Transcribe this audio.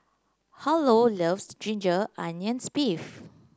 Harlow loves Ginger Onions beef